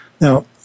Now